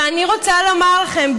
ואני רוצה לומר לכם,